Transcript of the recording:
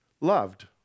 loved